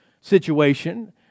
situation